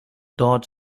dort